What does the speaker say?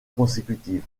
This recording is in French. consécutives